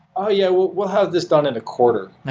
ah yeah, we'll we'll have this done in a quarter.